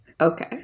okay